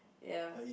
ya